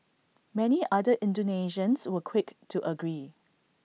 many other Indonesians were quick to agree